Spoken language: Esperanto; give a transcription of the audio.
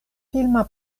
filma